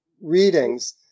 readings